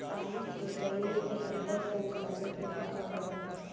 आलू को जमीन के अंदर से निकाले के का औजार बा?